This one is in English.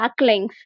backlinks